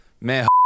Man